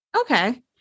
Okay